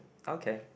okay